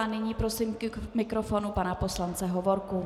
Nyní prosím k mikrofonu pana poslance Hovorku.